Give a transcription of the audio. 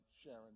Sharon